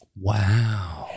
wow